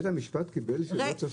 בית המשפט קיבל שלא צריך לעשות את ההבחנה?